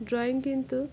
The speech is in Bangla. ড্রয়িং কিন্তু